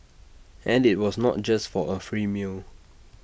and IT was not just for A free meal